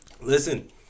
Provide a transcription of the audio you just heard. Listen